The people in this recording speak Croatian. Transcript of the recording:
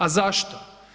A zašto?